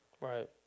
Right